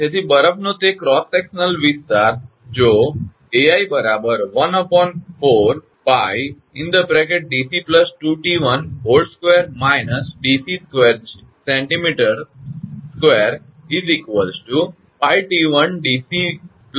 તેથી બરફનો તે ક્રોસ સેક્શન વિસ્તાર જો 𝐴𝑖 ¼ 𝜋 𝑑𝑐 2𝑡12 − 𝑑𝑐2 𝑐𝑚2 𝜋𝑡1𝑑𝑐 𝑡1 𝑐𝑚2